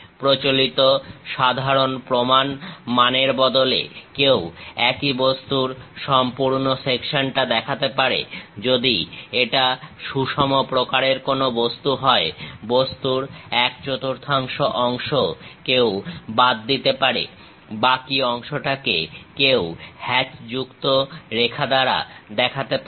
প্রচলিত সাধারণ প্রমাণ মানের বদলে কেউ একই বস্তুর সম্পূর্ণ সেকশনটা দেখাতে পারে যদি এটা সুষম প্রকারের কোন বস্তু হয় বস্তুর এক চতুর্থাংশ অংশ কেউ বাদ দিতে পারে বাকি অংশটাকে কেউ হ্যাচযুক্ত রেখা দ্বারা দেখাতে পারে